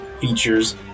features